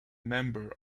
member